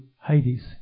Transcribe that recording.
Hades